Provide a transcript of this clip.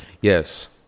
Yes